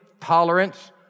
tolerance